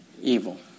evil